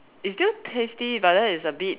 it's still tasty but then it's a bit